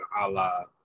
Allah